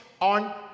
on